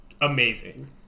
amazing